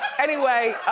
anyway.